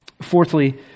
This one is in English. Fourthly